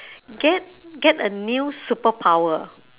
get get a new superpower